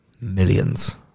Millions